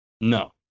No